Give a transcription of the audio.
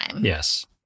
Yes